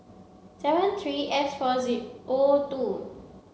seven three S four zero O two